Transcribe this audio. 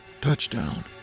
Touchdown